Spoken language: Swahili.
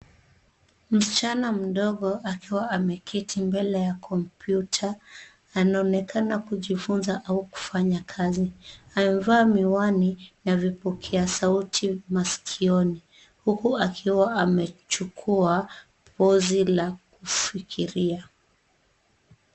Msichana mdogo akiwa ameketi mbele ya kompyuta anaonekana kujifunza au kufanya kazi amevaa miwani na vipokea sauti maskioni huku akiwa amechukua pozi la kufikiria.